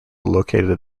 located